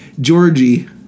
Georgie